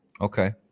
Okay